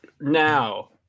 now